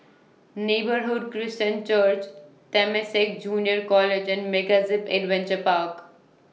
Neighbourhood Christian Church Temasek Junior College and Mega Zip Adventure Park